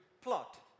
plot